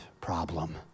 problem